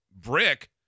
brick